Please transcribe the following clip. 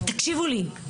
תקשיבו לי,